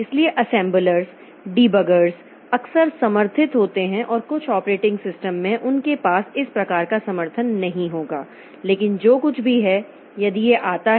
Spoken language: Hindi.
इसलिए असेम्बलर्स डिबगर्स अक्सर समर्थित होते हैं और कुछ ऑपरेटिंग सिस्टम में उनके पास इस प्रकार का समर्थन नहीं होगा लेकिन जो कुछ भी है यदि यह आता है